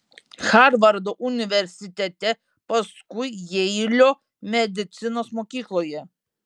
harvardo universitete paskui jeilio medicinos mokykloje